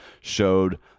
showed